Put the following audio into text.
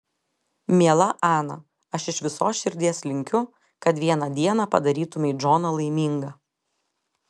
miela ana aš iš visos širdies linkiu kad vieną dieną padarytumei džoną laimingą